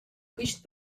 quist